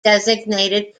designated